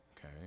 Okay